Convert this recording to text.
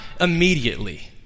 immediately